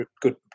good